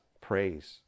praise